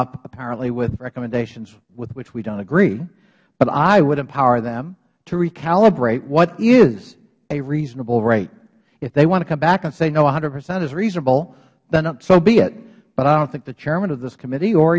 up apparently with recommendations with which we dont agree but i would empower them to recalibrate what is a reasonable rate if they want to come back and say no one hundred percent is reasonable then so be it but i dont think the chairman of this committee or